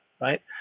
right